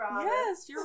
Yes